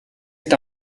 est